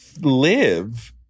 live